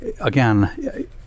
again